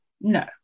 no